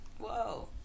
Whoa